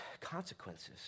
consequences